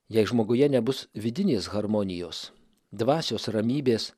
jei žmoguje nebus vidinės harmonijos dvasios ramybės